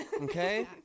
Okay